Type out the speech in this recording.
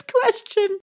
question